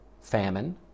famine